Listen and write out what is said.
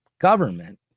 government